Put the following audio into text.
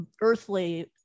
earthly